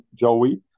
Joey